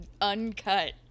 uncut